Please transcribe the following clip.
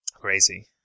crazy